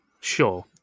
Sure